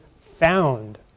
found